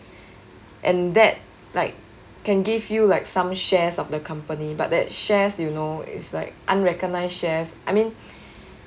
and that like can give you like some shares of the company but that shares you know it's like unrecognised shares I mean